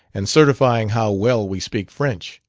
and certifying how well we speak french!